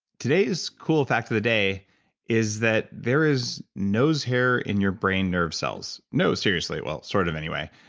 today's cool fact of the day is that there is nose hair in your brain nerve cells. no, seriously. well, sort of, anyway.